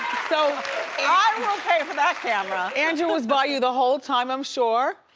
so ah will pay for that camera. andrew was by you the whole time, i'm sure?